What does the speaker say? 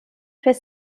fait